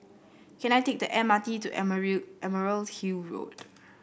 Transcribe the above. can I take the M R T to Emerald Hill Road